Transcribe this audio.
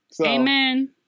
Amen